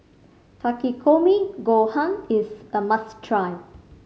Takikomi Gohan is a must try